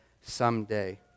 someday